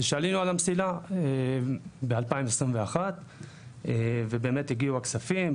זה שעלינו על המסילה ב-2021 ובאמת הגיעו הכספים.